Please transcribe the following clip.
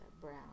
brown